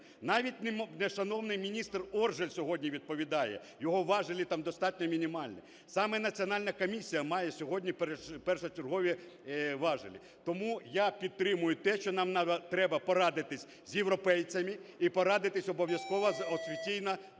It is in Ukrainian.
Навіть не шановний міністр Оржель сьогодні відповідає: його важелі там достатньо мінімальні, саме національна комісія має сьогодні першочергові важелі. Тому я підтримую те, що нам треба порадитися з європейцями і порадитися обов'язково з офіційною